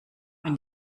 wenn